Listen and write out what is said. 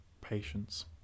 patience